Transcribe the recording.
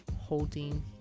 holding